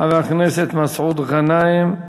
חבר הכנסת מסעוד גנאים,